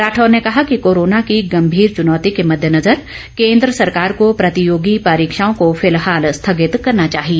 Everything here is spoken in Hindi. राठौर ने कहा कि कोरोना की गंभीर चुनौती के मददेनजर केन्द्र सरकार को प्रतियोगी परीक्षाओं को फिलहाल स्थगित करना चाहिए